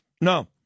No